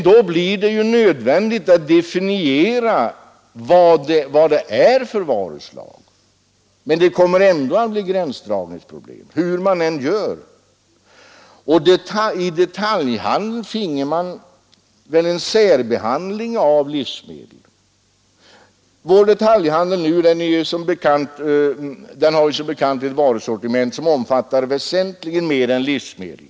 Och då blir det ju nödvändigt att definiera vilka varuslag det skall gälla. Hur man än gör kommer det att uppstå gränsdragningsproblem. Och i detaljhandeln blir det nödvändigt att göra en särbehandling av livsmedel, eftersom vår detaljhandel har ett varusortiment som omfattar väsentligt mer än bara livsmedel.